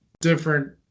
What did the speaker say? different